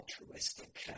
altruistic